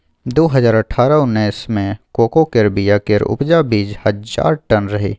दु हजार अठारह उन्नैस मे कोको केर बीया केर उपजा बीस हजार टन रहइ